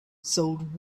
sold